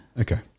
Okay